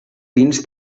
vins